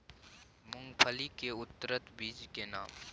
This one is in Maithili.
मूंगफली के उन्नत बीज के नाम?